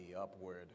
upward